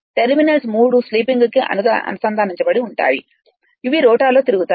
terminals 3 స్లీపింగ్కు అనుసంధానించబడి ఉంటాయి ఇవి రోటర్తో తిరుగుతాయి